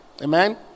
Amen